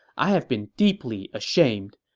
i have been deeply ashamed.